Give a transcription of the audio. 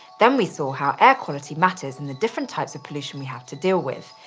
then we saw how air quality matters and the different types of pollution we have to deal with.